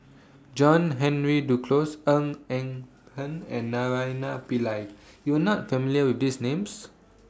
John Henry Duclos Ng Eng Hen and Naraina Pillai YOU Are not familiar with These Names